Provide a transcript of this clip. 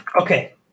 Okay